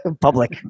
public